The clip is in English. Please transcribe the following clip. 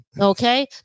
Okay